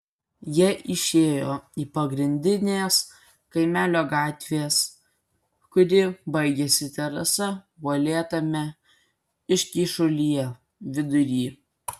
jie išėjo į pagrindinės kaimelio gatvės kuri baigėsi terasa uolėtame iškyšulyje vidurį